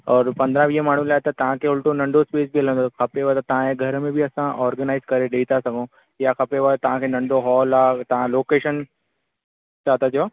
और पंद्रहं वीहनि माण्हुनि लाइ तव्हां खे त उल्टो नंढो स्पेस बि हलंदो खपेव त तव्हां जे घर में बि असां ऑर्गनाइज़ करे ॾई था सघऊं या खपेव तव्हां खे नंढो हॉल आहे तव्हां लोकेशन छा था चओ